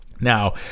Now